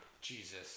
Jesus